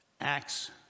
Acts